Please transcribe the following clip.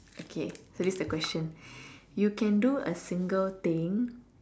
okay so this the question you can do a single thing